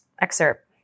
excerpt